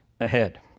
ahead